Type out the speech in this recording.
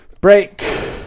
Break